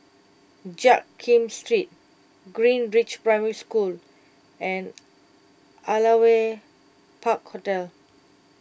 Jiak Kim Street Greenridge Primary School and Aliwal Park Hotel